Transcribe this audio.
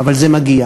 אבל זה מגיע.